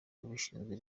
ababishinzwe